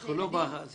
זה לא הסעיף.